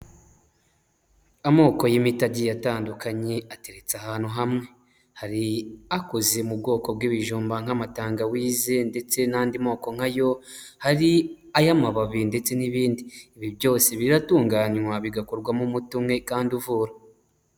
Amoko y'imiti agiye atandukanye ateretse ahantu hamwe, har’akoze mu bwoko bw'ibijumba nk'amatangawize ndetse n'andi moko nk'ayo, hari ay'amababi ndetse n'ibindi. Ibi byose biratunganywa bigakorwamo umuti umwe kandi uvura.